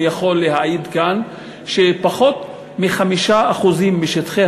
אני יכול להעיד כאן שפחות מ-5% משטחי